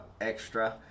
extra